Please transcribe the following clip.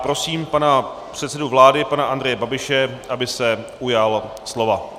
Prosím předsedu vlády pana Andreje Babiše, aby se ujal slova.